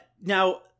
Now